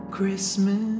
Christmas